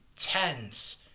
tense